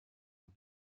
und